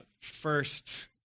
First